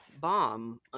bomb